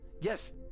Yes